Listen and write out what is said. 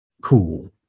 cool